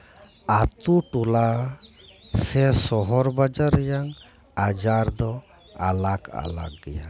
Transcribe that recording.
ᱟᱹᱛᱩ ᱴᱚᱞᱟ ᱥᱮ ᱥᱚᱦᱚᱨ ᱵᱟᱡᱟᱨ ᱨᱮᱭᱟᱝ ᱟᱡᱟᱨ ᱫᱚ ᱟᱞᱟᱠ ᱟᱞᱟᱠ ᱜᱮᱭᱟ